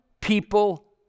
people